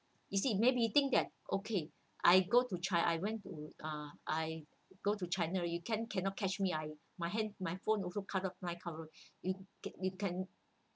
you see maybe he thinks that okay I go to chi~ I went to uh I go to china you can cannot catch me I my hand my phone also cut off line cover you can you can